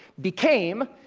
became,